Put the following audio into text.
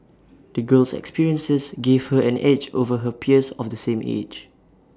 the girl's experiences gave her an edge over her peers of the same age